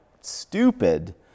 stupid